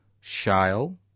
shale